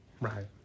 Right